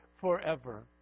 forever